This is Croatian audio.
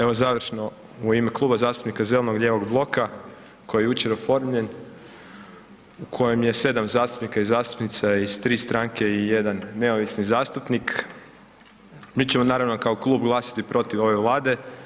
Evo završno u ime Klub zastupnika zeleno-lijevog bloka koji je jučer oformljen, u kojem je 7 zastupnika i zastupnica iz tri stranke i jedan neovisni zastupnik, mi ćemo naravno kao klub glasati protiv ove Vlade.